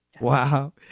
wow